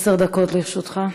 עשר דקות לרשותך.